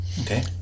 Okay